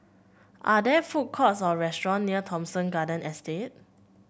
are there food courts or restaurant near Thomson Garden Estate